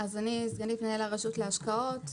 אני סגנית מנהל הרשות להשקעות,